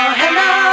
hello